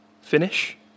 finish